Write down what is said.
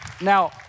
Now